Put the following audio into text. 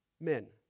men